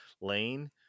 Lane